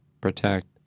protect